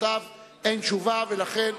קבוצת בל"ד,